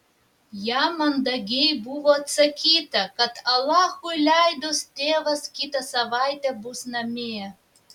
jam mandagiai buvo atsakyta kad alachui leidus tėvas kitą savaitę bus namie